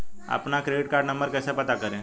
अपना credit card number कैसे पता करें?